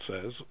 says